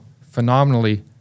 phenomenally